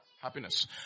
happiness